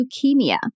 leukemia